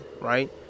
right